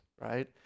right